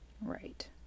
Right